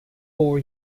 four